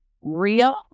real